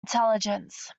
intelligence